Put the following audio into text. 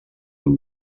amb